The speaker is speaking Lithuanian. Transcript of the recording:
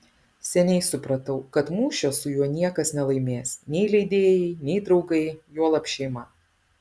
seniai supratau kad mūšio su juo niekas nelaimės nei leidėjai nei draugai juolab šeima